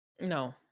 No